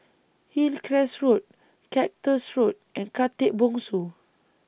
Hillcrest Road Cactus Road and Khatib Bongsu